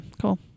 cool